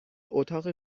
اتاق